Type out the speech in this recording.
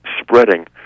spreading